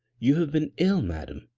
you have been ill, madam.